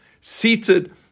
seated